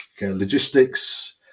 logistics